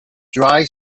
dry